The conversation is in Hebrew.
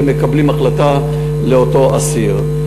ומקבלים החלטה לגבי אותו אסיר.